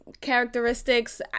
characteristics